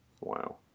Wow